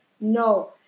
no